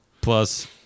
Plus